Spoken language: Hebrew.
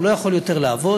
הוא לא יכול יותר לעבוד,